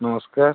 ନମସ୍କାର